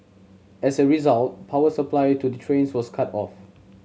as a result power supply to the trains was cut off